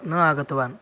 न आगतवान्